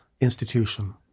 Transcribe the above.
institution